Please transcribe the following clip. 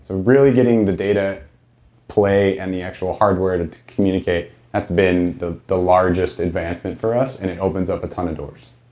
so really get the data play and the actual hardware to communicate that's been the the largest advancement for us and it opens up a ton of doors